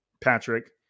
Patrick